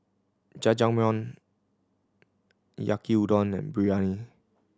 Jajangmyeon Yaki Udon and Biryani